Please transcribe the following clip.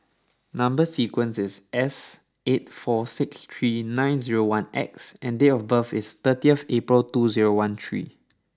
number sequence is S eight four six three nine zero one X and date of birth is thirtieth April two zero one three